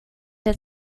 der